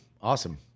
Awesome